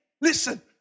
listen